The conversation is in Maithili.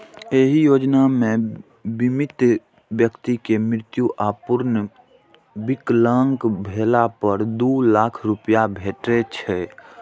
एहि योजना मे बीमित व्यक्ति के मृत्यु या पूर्ण विकलांग भेला पर दू लाख रुपैया भेटै छै